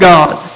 God